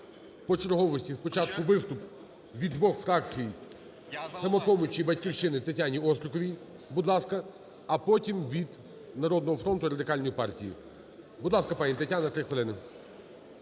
по черговості, спочатку виступ від двох фракцій "Самопомочі" і "Батьківщини" Тетяні Остріковій, будь ласка, а потім – від "Народного фронту" і Радикальної партії. Будь ласка, пані Тетяна, 3 хвилини.